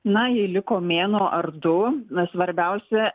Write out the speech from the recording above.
na jei liko mėnuo ar du na svarbiausia